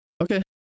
Okay